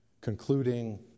Concluding